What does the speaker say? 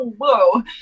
whoa